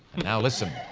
now, listen.